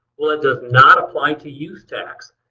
well it does not apply to use tax.